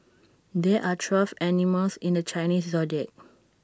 there are twelve animals in the Chinese Zodiac